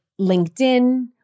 LinkedIn